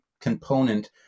component